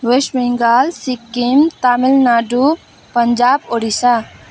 West Bengal Sikkim Tamil Nadu Punjab Odisha